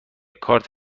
کارت